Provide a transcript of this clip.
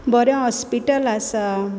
बोरें हॉस्पिटल आसा